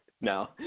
No